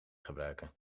gebruiken